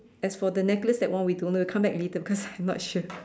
as for the necklace that one we don't know we come back later cause I'm not sure